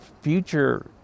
future